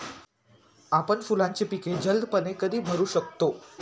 आपण फुलांची पिके जलदपणे कधी बहरू शकतो?